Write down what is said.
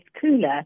cooler